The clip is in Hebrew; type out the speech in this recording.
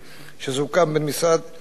שסוכם בין המשרד